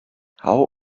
how